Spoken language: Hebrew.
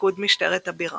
"פיקוד משטרת הבירה".